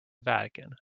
vatican